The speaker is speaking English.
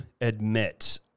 admit